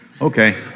Okay